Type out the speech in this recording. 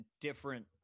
different